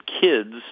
kids